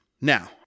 Now